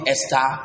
Esther